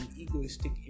Egoistic